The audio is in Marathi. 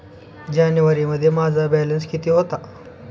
जानेवारीमध्ये माझा बॅलन्स किती होता?